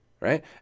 right